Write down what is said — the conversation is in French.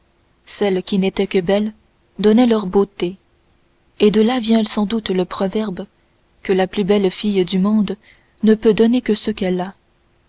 celles qui n'étaient que belles donnaient leur beauté et de là vient sans doute le proverbe que la plus belle fille du monde ne peut donner que ce qu'elle a